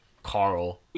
carl